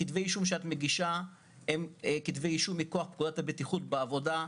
כתבי האישום שהיא מגישה הם מכוח פקודת הבטיחות בעבודה,